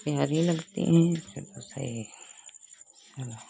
प्यारी लगती हैं सब कुछ सही है सब है